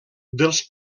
dels